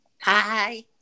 Hi